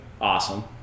awesome